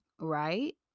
Right